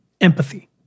empathy